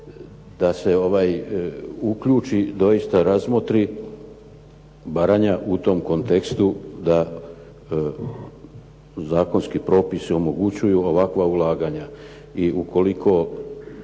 da se uključi doista razmotri Baranja u tom kontekstu da zakonski propisi omogućuju ovakva ulaganja